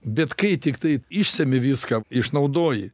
bet kai tiktai išsemi viską išnaudoji